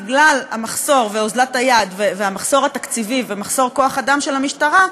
בגלל המחסור ואוזלת היד והמחסור התקציבי ומחסור כוח-האדם של המשטרה,